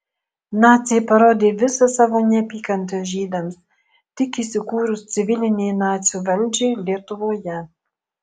naciai parodė visą savo neapykantą žydams tik įsikūrus civilinei nacių valdžiai lietuvoje